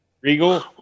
Regal